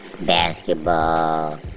Basketball